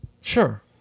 Sure